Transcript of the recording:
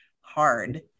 hard